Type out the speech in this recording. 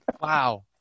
Wow